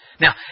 Now